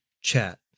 chat